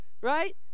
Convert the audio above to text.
Right